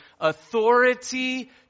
authority